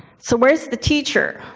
so where's the teacher?